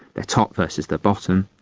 their top versus their bottom.